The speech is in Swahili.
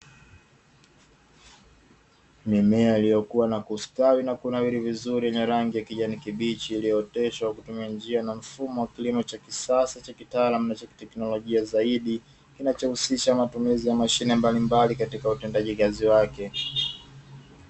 Mimea iliyokuwa na kustawi na kunawiri vizuri na rangi ya kijani kibichi iliyooteshwa kutumia njia na mfumo wa kilimo cha kisasa cha kitaalamu ninachokitekenolojia zaidi, kinachohusisha matumizi ya mashine mbalimbali katika utendaji kazi wake.